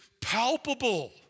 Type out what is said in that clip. palpable